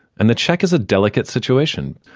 and the check is a delicate situation.